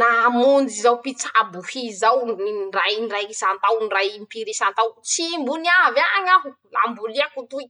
namonjy zao pitsabo hyy zao ñ ndra indraiky isan-tao ndra im-piry isan-tao, tsy mbo niavy añy aho, la mbo liako toy.